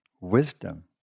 wisdom